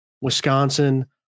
wisconsin